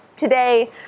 today